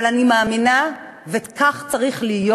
אבל אני מאמינה, וכך צריך להיות,